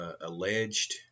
alleged